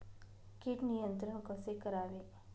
कीड नियंत्रण कसे करावे?